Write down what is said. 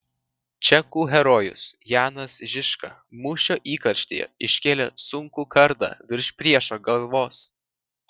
čekų herojus janas žižka mūšio įkarštyje iškėlė sunkų kardą virš priešo galvos